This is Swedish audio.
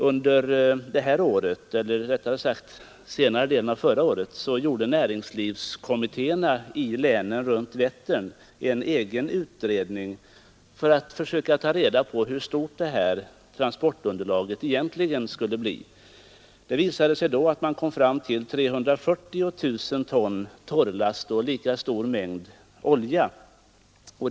Under senare delen av förra året gjorde näringslivskommittéerna i länen runt Vättern en egen utredning för att försöka få reda på hur stort detta transportunderlag egentligen skulle bli. Utredningen kom fram till ett uppskattat transportunderlag på 340 000 ton torrlast och lika stor mängd olja.